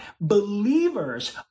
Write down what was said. believers